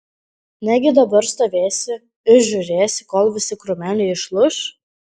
negi dabar stovėsi ir žiūrėsi kol visi krūmeliai išlūš